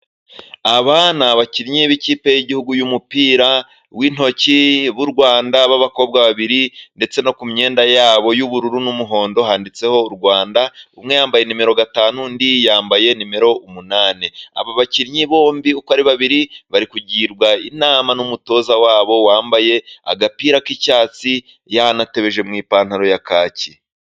Aba ni abakinnyi b'ikipe y'igihugu y'umupira w'intoki b'u Rwanda b'abakobwa babiri, ndetse no ku myenda yabo y'ubururu n'umuhondo handitseho u Rwanda. Umwe yambaye nimero gatanu, undi yambaye nimero umunani. Aba bakinnyi bombi uko ari babiri bari kugirwa inama n'umutoza wabo, wambaye agapira k'icyatsi yanatebeje mu ipantaro ya kaki.